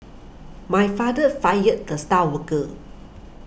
my father fired the star worker